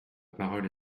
parole